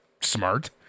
smart